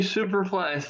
Superfly